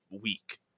week